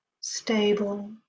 stable